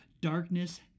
darkness